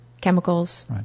chemicals